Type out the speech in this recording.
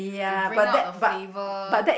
to bring out the flavor